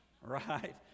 Right